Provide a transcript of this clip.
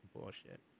Bullshit